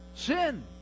sin